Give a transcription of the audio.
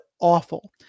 awful